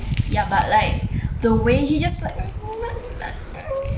ya but like the way he just